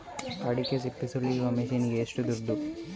ಅಡಿಕೆ ಸಿಪ್ಪೆ ಸುಲಿಯುವ ಮಷೀನ್ ಗೆ ಏಷ್ಟು ದುಡ್ಡು?